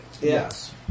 Yes